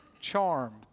charm